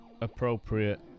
appropriate